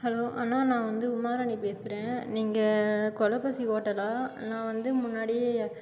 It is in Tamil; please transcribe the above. ஹலோ அண்ணா நான் வந்து உமாராணி பேசுறேன் நீங்கள் கொலபசி ஹோட்டலா நான் வந்து